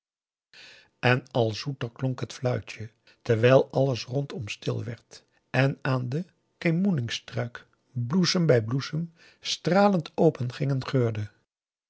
en al zoeter klonk het fluitje terwijl alles rondom stil werd en aan den kemoeningstruik bloesem bij bloesem stralend openging en geurde